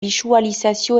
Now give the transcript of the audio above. bisualizazio